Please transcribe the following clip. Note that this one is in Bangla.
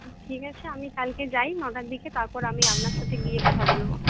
ঠিক আছে আমি কালকে যাই নটার দিকে তারপর আমি আপনার সাথে গিয়ে কথা বলবো